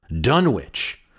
Dunwich